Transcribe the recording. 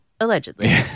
allegedly